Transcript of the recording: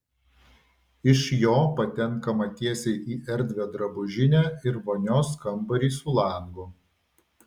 iš jo patenkama tiesiai į erdvią drabužinę ir vonios kambarį su langu